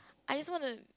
I just want to